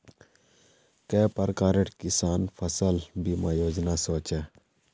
के प्रकार किसान फसल बीमा योजना सोचें?